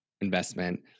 investment